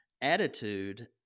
attitude